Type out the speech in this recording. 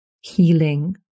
healing